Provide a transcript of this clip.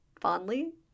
fondly